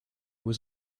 was